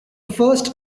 first